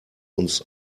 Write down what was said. uns